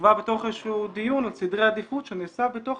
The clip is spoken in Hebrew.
נקבע בתוך איזה שהוא דיון על סדרי עדיפות שנעשה בתוך